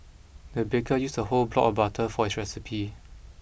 the baker used a whole block of butter for this recipe